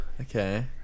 okay